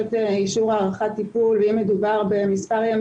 אישור הארכת טיפול ואם מדובר במספר ימים,